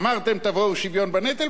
אמרתם שתביאו שוויון בנטל,